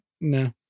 no